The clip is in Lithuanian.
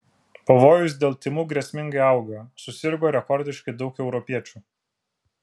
pavojus dėl tymų grėsmingai auga susirgo rekordiškai daug europiečių